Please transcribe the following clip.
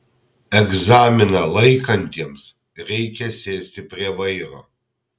egzaminą laikantiems reikia sėsti prie vairo